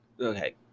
Okay